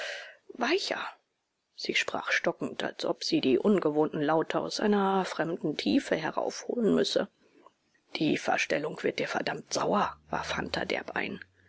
weicher sie sprach stockend als ob sie die ungewohnten laute aus einer fremden tiefe heraufholen müsse die verstellung wird dir verdammt sauer warf hunter derb ein